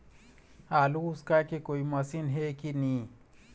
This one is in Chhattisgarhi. आलू उसकाय के कोई मशीन हे कि नी?